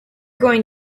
going